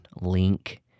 link